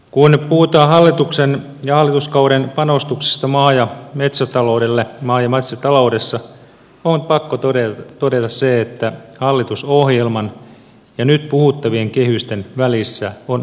kun puhutaan hallituksen ja hallituskauden panostuksista maa ja metsätaloudessa on pakko todeta se että hallitusohjelman ja nyt puhuttavien kehysten välissä on ammottava kuilu